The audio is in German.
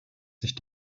sich